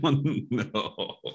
No